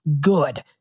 good